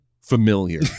familiar